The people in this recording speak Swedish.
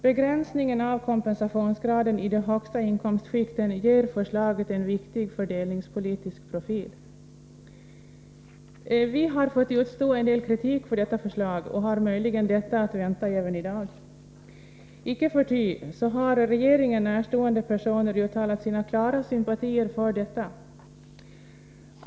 Begränsningen av kompensationsgraden i de högsta inkomstskikten ger förslaget en viktig fördelningspolitisk profil. Vi har fått utstå en del kritik för vårt förslag — och har möjligen detta att vänta även i dag. Icke förty har regeringen närstående personer uttalat sina klara sympatier för förslaget.